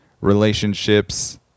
relationships